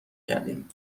کردیم